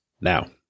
Now